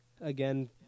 again